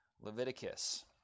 Leviticus